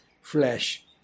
flash